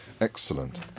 Excellent